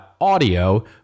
audio